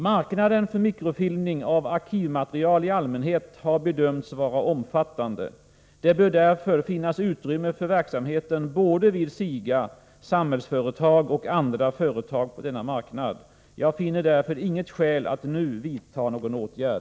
Marknaden för mikrofilmning av arkivmaterial i allmänhet har bedömts vara omfattande. Det bör därför finnas utrymme för verksamheten både vid SIGA och vid Samhällsföretag, liksom vid andra företag på denna marknad. Jag finner därför inget skäl att nu vidta någon åtgärd.